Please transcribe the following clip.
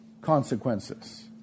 consequences